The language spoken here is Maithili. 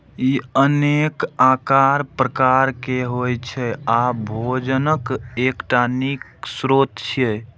ई अनेक आकार प्रकार के होइ छै आ भोजनक एकटा नीक स्रोत छियै